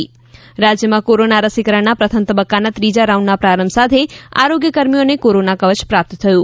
ે રાજ્યમાં કોરોના રસીકરણના પ્રથમ તબક્કાના ત્રીજા રાઉન્ડના પ્રારંભ સાથે આરોગ્યકર્મીઓને કોરોના કવય પ્રાપ્ત થયું